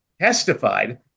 testified